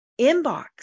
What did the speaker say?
inbox